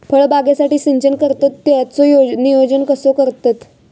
फळबागेसाठी सिंचन करतत त्याचो नियोजन कसो करतत?